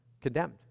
Condemned